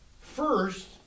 First